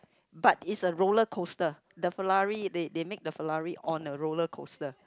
but is a roller coaster the Ferrari they they make the Ferrari on a roller coaster